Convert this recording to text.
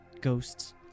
Ghosts